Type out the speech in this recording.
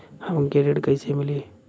हमके ऋण कईसे मिली?